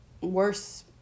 worse